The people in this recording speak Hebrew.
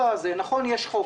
נכון, יש חוק.